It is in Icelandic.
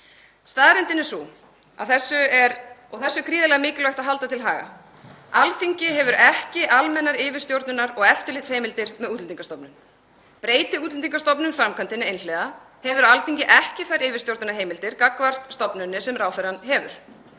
Staðreyndin er sú, og þessu er gríðarlega mikilvægt að halda til haga, að Alþingi hefur ekki almennar yfirstjórnunar- og eftirlitsheimildir með Útlendingastofnun. Breyti Útlendingastofnun framkvæmdinni einhliða hefur Alþingi ekki þær yfirstjórnunarheimildir gagnvart stofnuninni sem ráðherrann hefur.